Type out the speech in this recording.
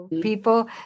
people